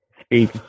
speak